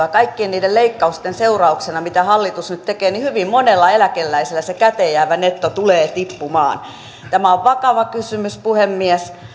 ja kaikkien niiden leikkausten seurauksena joita hallitus nyt tekee hyvin monella eläkeläisellä se käteenjäävä netto tulee tippumaan tämä on vakava kysymys puhemies